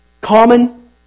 common